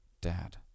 Dad